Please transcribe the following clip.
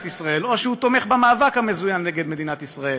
ישראל או שהוא תומך במאבק המזוין נגד מדינת ישראל.